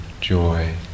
joy